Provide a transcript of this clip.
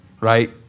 right